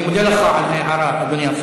אני מודה לך על ההערה, אדוני.